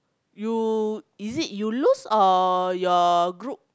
you is it you lose or your group